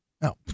No